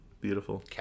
beautiful